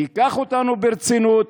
ייקח אותנו ברצינות